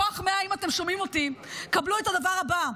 כוח 100, אם אתם שומעים אותי, קבלו את הדבר הבא: